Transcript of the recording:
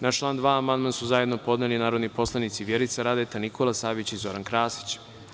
Na član 2. amandman su zajedno podneli narodni poslanici Vjerica Radeta, Nikola Savić i Zoran Krasić.